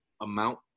amount